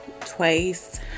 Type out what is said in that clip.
twice